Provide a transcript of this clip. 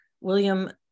William